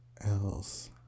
else